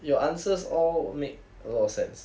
your answers all make a lot of sense